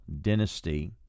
dynasty